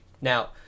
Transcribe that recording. now